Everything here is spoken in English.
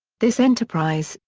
this enterprise,